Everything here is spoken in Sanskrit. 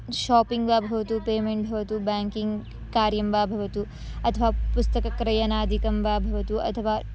शापिङ्ग् वा भवतु पेमेण्ट् भवतु ब्याङ्किङ्ग् कार्यं वा भवतु अथवा पुस्तकं क्रयणाधिकं वा भवतु अथवा